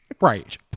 Right